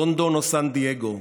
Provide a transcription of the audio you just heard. לונדון או סן דייגו.